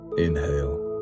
inhale